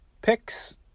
picks